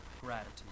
gratitude